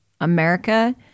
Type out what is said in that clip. America